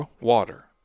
water